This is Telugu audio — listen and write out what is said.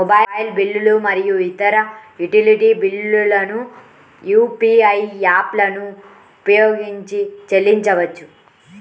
మొబైల్ బిల్లులు మరియు ఇతర యుటిలిటీ బిల్లులను యూ.పీ.ఐ యాప్లను ఉపయోగించి చెల్లించవచ్చు